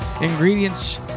ingredients